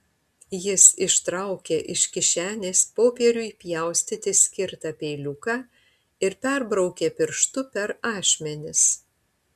jis ištraukė iš kišenės popieriui pjaustyti skirtą peiliuką ir perbraukė pirštu per ašmenis